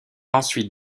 ensuite